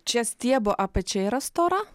čia stiebo apačia yra stora